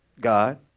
God